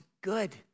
good